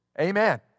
Amen